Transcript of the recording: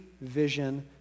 vision